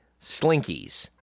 slinkies